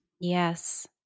Yes